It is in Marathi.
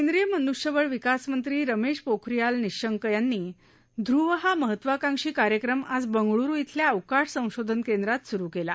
केंद्रीय मनुष्यबळ विकासमंत्री रमेश पोखरियाला निशंक यांनी ध्रुव हा महत्वाकांक्षी कार्यक्रम आज बंगळुरु इथल्या अवकाश संशोधन केंद्रात सुरू केला